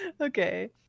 Okay